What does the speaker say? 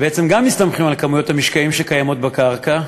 שבעצם גם הם מסתמכים על כמויות המשקעים הקיימים בקרקע,